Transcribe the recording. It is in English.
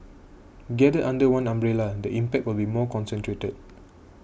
gathered under one umbrella the impact will be more concentrated